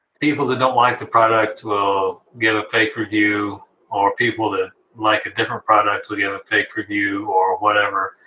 people that don't like the product will give a fake review or people that like a different product will give a fake review or whatever.